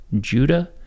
Judah